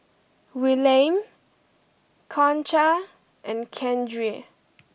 Willaim Concha and Keandre